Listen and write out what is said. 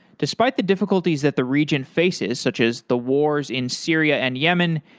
despite the difficulties that the region faces such as the wars in syria and yemen,